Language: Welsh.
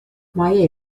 mae